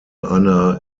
einer